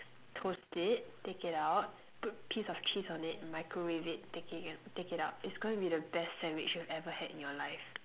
toast it take it out put piece of cheese on it and microwave it take it in take it out it's gonna be the best sandwich you've ever had in your life